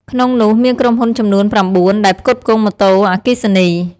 ក្នុងនោះ មានក្រុមហ៊ុនចំនួន ៩ ដែលផ្គត់ផ្គង់ម៉ូតូ អគ្គិសនី។